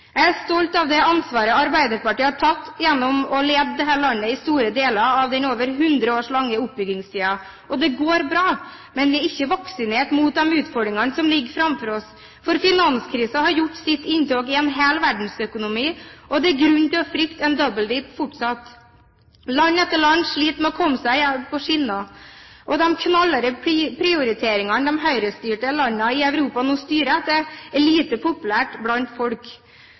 Jeg er stolt av det ansvaret Arbeiderpartiet har tatt gjennom å lede dette landet i store deler av den over hundre år lange oppbyggingstiden. Det går bra, men vi er ikke vaksinert mot de utfordringene som ligger framfor oss. Finanskrisen har gjort sitt inntog i en hel verdensøkonomi, og det er grunn til å frykte en «double dip» fortsatt. Land etter land sliter med å komme på skinner igjen. De knallharde prioriteringene de høyrestyrte landene i Europa nå styrer etter, er lite populære blant folk.